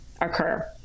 occur